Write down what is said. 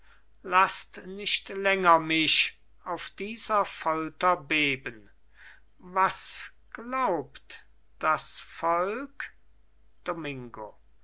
laßt nicht länger mich auf dieser folter beben was glaubt das volk domingo